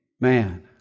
man